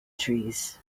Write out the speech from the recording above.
trees